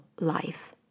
life